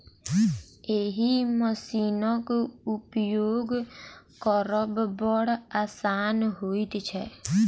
एहि मशीनक उपयोग करब बड़ आसान होइत छै